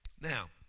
Now